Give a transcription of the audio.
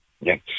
Yes